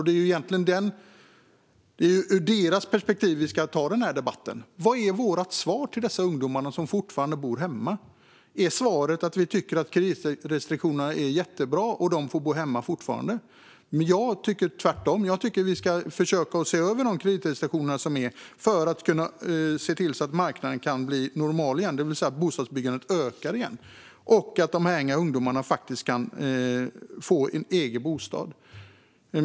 Det är ur deras perspektiv vi ska ta den här debatten. Vad är vårt svar till de ungdomar som fortfarande bor hemma? Är svaret att vi tycker att kreditrestriktionerna är jättebra och att de fortfarande får bo hemma? Jag tycker tvärtom. Jag tycker att vi ska försöka se över kreditrestriktionerna för att se till att marknaden blir normal igen, det vill säga att bostadsbyggandet ökar igen, och att dessa ungdomar kan få en egen bostad.